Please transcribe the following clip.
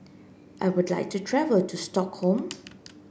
I would like to travel to Stockholm